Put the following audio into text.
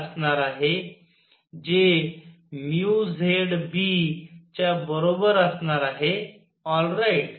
B असणार आहेत जे zB च्या बरोबर असणार आहे ऑल राईट